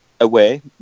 away